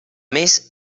més